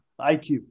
IQ